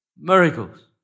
miracles